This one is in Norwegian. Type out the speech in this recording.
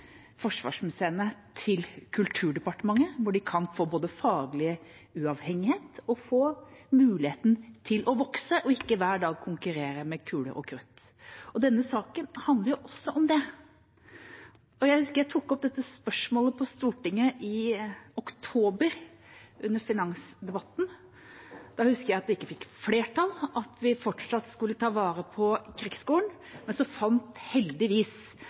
til Kulturdepartementet, hvor de kan få både faglig uavhengighet, muligheten til å vokse og ikke hver dag må konkurrere med kuler og krutt. Denne saken handler også om det. Jeg husker jeg tok opp dette spørsmålet på Stortinget i oktober, under finansdebatten. Da husker jeg at vi ikke fikk flertall for at vi fortsatt skulle ta vare på krigsskolen, men heldigvis fant